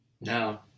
No